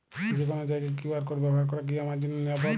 যে কোনো জায়গার কিউ.আর কোড ব্যবহার করা কি আমার জন্য নিরাপদ?